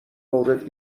مورد